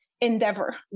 endeavor